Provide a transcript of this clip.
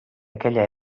aquella